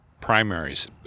primaries